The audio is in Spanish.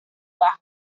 baja